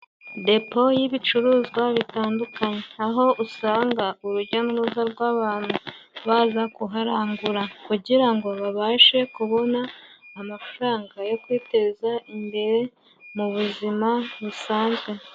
Depo y'ibicuruzwa bitandukanye aho usanga urujya nuruza rw'abantu baza kuharangura kugira ngo babashe kubona amafaranga yo kwiteza imbere mu buzima busanzwe.